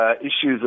issues